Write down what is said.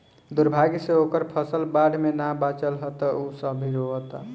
दुर्भाग्य से ओकर फसल बाढ़ में ना बाचल ह त उ अभी रोओता